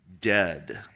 dead